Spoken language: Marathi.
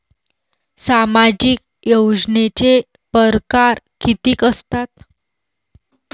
सामाजिक योजनेचे परकार कितीक असतात?